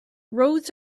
roads